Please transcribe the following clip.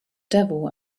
devil